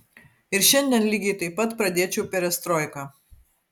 ir šiandien lygiai taip pat pradėčiau perestroiką